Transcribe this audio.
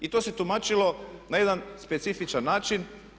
To se tumačilo na jedan specifičan način.